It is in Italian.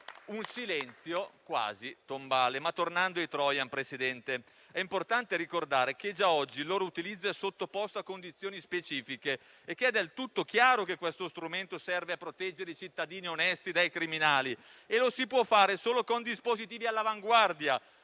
un silenzio quasi tombale. Tornando ai *trojan*, è importante ricordare che già oggi il loro utilizzo è sottoposto a condizioni specifiche e che è del tutto chiaro che questo strumento serve a proteggere i cittadini onesti dai criminali. Ciò può essere fatto solo con dispositivi all'avanguardia.